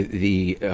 the, ah,